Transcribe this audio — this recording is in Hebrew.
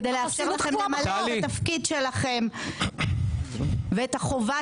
כדי לעזור לכם למלא את התפקיד שלכם ואת החובה